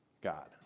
God